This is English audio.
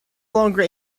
longer